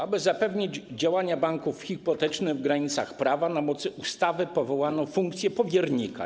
Aby zapewnić działanie banków hipotecznych w granicach prawa, na mocy ustawy powołano funkcję powiernika.